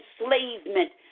enslavement